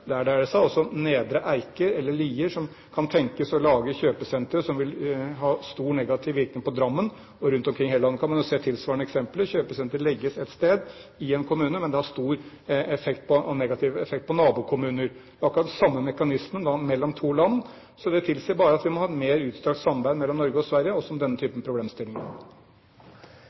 i Drammen-eksemplet. Der dreier det seg altså om Nedre Eiker eller Lier, som kan tenkes å lage kjøpesentre som vil ha stor negativ virkning på Drammen. Rundt omkring i hele landet kan man se tilsvarende eksempler. Kjøpesenter legges et sted i en kommune, men det har stor og negativ effekt på nabokommuner. Akkurat den samme mekanismen er det mellom to land. Det tilsier bare at vi må ha mer utstrakt samarbeid mellom Norge og Sverige også om denne typen problemstillinger.